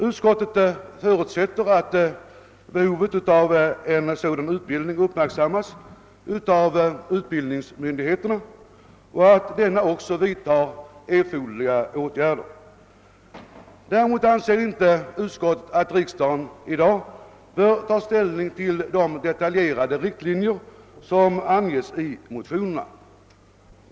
Utskottet förutsätter att utbildningsmyndigheterna uppmärksammar behovet av dylik utbildning och vidtar erforderliga åtgärder. Däremot anser utskottet inte att riksdagen nu bör ta ställning till de detaljerade riktlinjer som anges i motionerna.